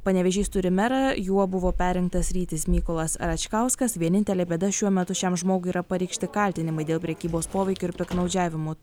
panevėžys turi merą juo buvo perrinktas rytis mykolas račkauskas vienintelė bėda šiuo metu šiam žmogui yra pareikšti kaltinimai dėl prekybos poveikiu ir piktnaudžiavimu